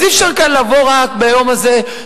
אז אי-אפשר כאן לבוא רק ביום הזה,